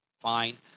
fine